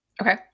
Okay